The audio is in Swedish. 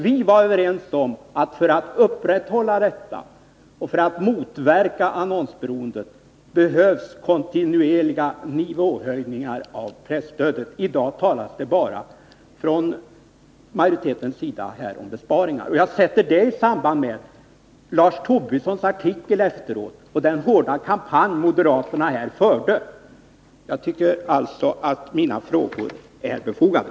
För att åstadkomma detta och för att motverka annonsberoende behövs kontinuerliga nivåhöjningar av presstödet — det var vi överens om. I dag talar majoriteten bara om besparingar. Jag sätter det i samband med Lars Tobissons artikel och den hårda kampanj som moderaterna här förde. Jag tycker alltså att mina frågor är befogade.